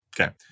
Okay